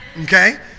Okay